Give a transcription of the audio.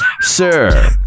Sir